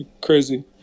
crazy